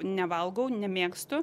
nevalgau nemėgstu